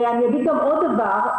ואגיד עוד דבר,